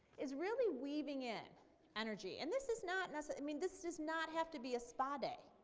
is really weaving in energy. and this is not not i mean this does not have to be a spa day.